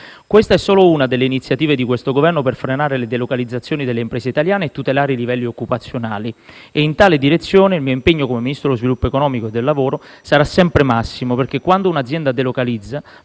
Questa è solo una delle iniziative di questo Governo per frenare le delocalizzazioni delle imprese italiane e tutelare i livelli occupazionali. In tale direzione, il mio impegno come Ministro dello sviluppo economico e del lavoro e delle politiche sociali sarà sempre massimo, perché quando un'azienda delocalizza,